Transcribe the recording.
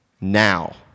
now